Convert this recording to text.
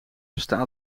bestaat